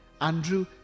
Andrew